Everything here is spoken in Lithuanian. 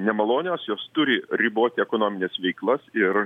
nemalonios jos turi riboti ekonomines veiklas ir